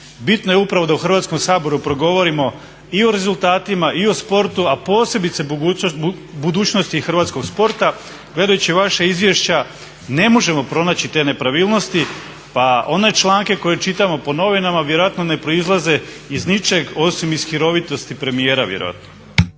bitno je upravo da u Hrvatskom saboru progovorimo i o rezultatima i o sportu, a posebice budućnosti hrvatskog sporta. Gledajući vaša izvješća ne možemo pronaći te nepravilnosti, pa one članke koje čitamo po novinama vjerojatno ne proizlaze iz ničeg osim iz hirovitosti premijera vjerojatno.